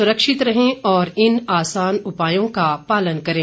सुरक्षित रहें और इन आसान उपायों का पालन करें